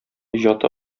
иҗаты